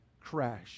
crash